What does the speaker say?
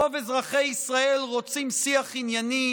רוב אזרחי ישראל רוצים שיח ענייני,